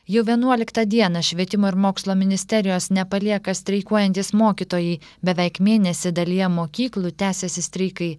jau vienuoliktą dieną švietimo ir mokslo ministerijos nepalieka streikuojantys mokytojai beveik mėnesį dalyje mokyklų tęsiasi streikai